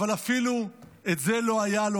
אבל אפילו את זה לא היה לו.